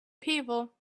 people